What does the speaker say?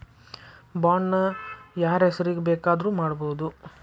Bond ನ ಯಾರ್ಹೆಸ್ರಿಗ್ ಬೆಕಾದ್ರುಮಾಡ್ಬೊದು?